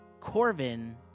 Corvin